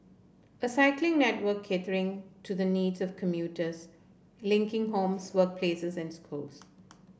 a cycling network catering to the needs of commuters linking homes workplaces and schools